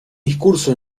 discurso